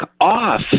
off